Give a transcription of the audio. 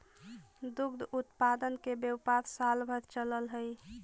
दुग्ध उत्पादन के व्यापार साल भर चलऽ हई